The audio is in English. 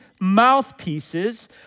mouthpieces